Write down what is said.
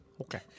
Okay